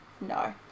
no